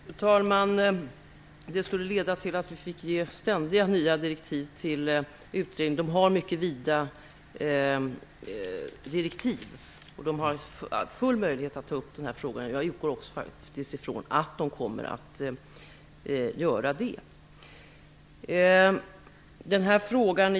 Fru talman! Detta skulle leda till att vi ständigt fick ge nya direktiv till utredningen, som redan har mycket vida direktiv och därmed alla möjligheter att ta upp även denna fråga. Jag utgår också från att man kommer att göra det.